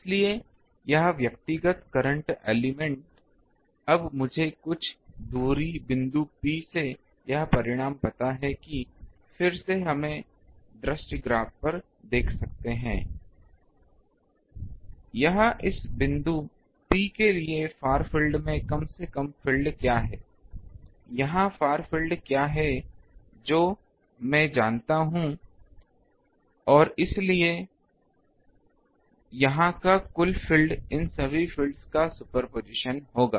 इसलिए यह व्यक्तिगत करंट एलिमेंट् अब मुझे दूरी बिंदु P से यह परिणाम पता है कि फिर से हम दृश्य ग्राफ पर देख सकते हैं यह इस बिंदु P के लिए फार फील्ड में कम से कम फील्ड क्या है यहां फार फील्ड क्या हैजो मैं जानता हूं और इसलिए यहां का कुल फील्ड इन सभी फ़ील्ड्स का सुपरपोजिशन होगा